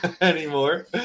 anymore